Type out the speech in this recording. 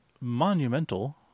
monumental